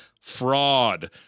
fraud